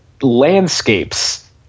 landscapes